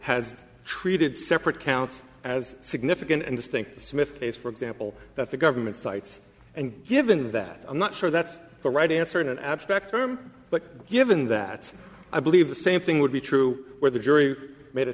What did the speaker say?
has treated separate counts as significant and distinct smiff case for example that the government sites and given that i'm not sure that's the right answer in an abstract term but given that i believe the same thing would be true where the jury made a